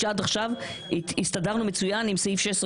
כשעד עכשיו הסתדרנו מצוין עם סעיף 16,